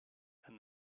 and